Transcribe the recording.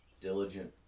diligent